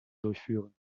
durchführen